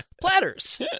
platters